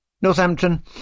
Northampton